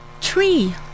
tree